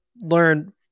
learn